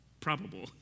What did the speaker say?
probable